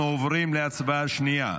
מייד אנחנו עוברים להצבעה שנייה,